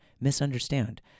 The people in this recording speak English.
misunderstand